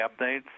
updates